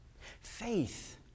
Faith